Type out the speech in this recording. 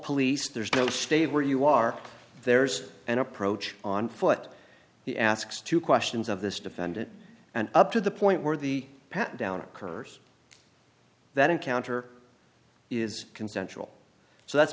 police there's no stay where you are there's an approach on foot he asks two questions of this defendant and up to the point where the pat down occurs that encounter is consensual so that's